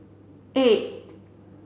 eight